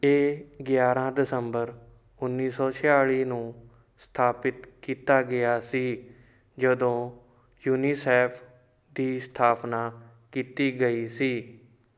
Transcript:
ਇਹ ਗਿਆਰ੍ਹਾਂ ਦਸੰਬਰ ਉੱਨੀ ਸੌ ਛਿਆਲੀ ਨੂੰ ਸਥਾਪਤ ਕੀਤਾ ਗਿਆ ਸੀ ਜਦੋਂ ਯੂਨੀਸੈਫ਼ ਦੀ ਸਥਾਪਨਾ ਕੀਤੀ ਗਈ ਸੀ